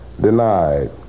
denied